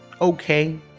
okay